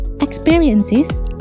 experiences